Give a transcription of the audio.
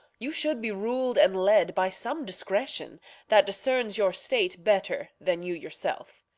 you should be rul'd, and led by some discretion that discerns your state better than you yourself.